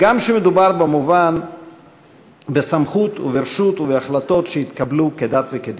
הגם שמדובר כמובן בסמכות וברשות ובהחלטות שהתקבלו כדת וכדין.